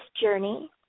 journey